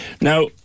Now